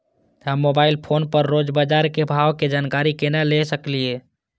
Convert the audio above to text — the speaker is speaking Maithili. हम मोबाइल फोन पर रोज बाजार के भाव के जानकारी केना ले सकलिये?